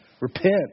Repent